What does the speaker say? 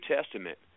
Testament